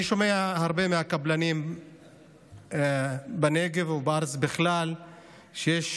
אני שומע הרבה מהקבלנים בנגב ובארץ בכלל שיש